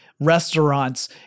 restaurants